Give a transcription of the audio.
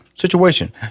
situation